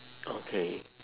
okay